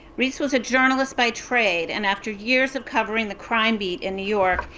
riis was a journalist by trade, and after years of covering the crime beat in new york,